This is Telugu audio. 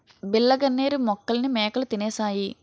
బిళ్ళ గన్నేరు మొక్కల్ని మేకలు తినేశాయి